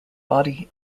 body